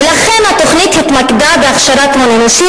ולכן התוכנית התמקדה בהכשרת הון אנושי